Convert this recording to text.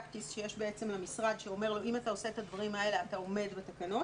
הוכנס ואני מניחה שזה אמור לתת מענה גם לחדרי מורים.